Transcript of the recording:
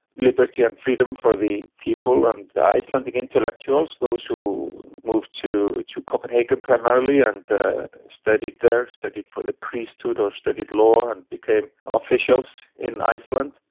liberty and freedom for the people, and icelandic intellectuals, those who moved to to copenhagen primarily and studied there, studied for the priesthood, or studied law and became officials in iceland,